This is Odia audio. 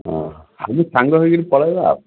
ହଁ ଆମେ ସାଙ୍ଗ ହେଇକିରି ପଳାଇବା ଆଉ